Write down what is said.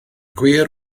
gwir